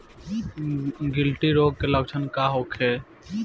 गिल्टी रोग के लक्षण का होखे?